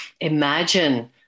imagine